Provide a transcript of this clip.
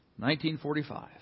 1945